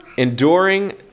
enduring